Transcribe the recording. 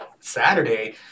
Saturday